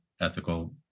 ethical